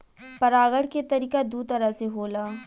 परागण के तरिका दू तरह से होला